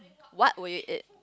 what would you eat